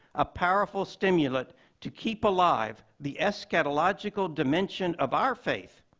a powerful stimulus to keep alive the eschatological dimension of our faith.